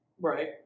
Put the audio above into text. right